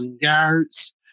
yards